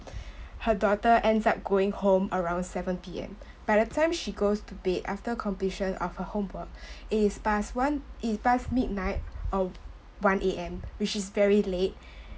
her daughter ends up going home around seven P_M by the time she goes to bed after completion of her homework it is past one it is past midnight uh one A_M which is very late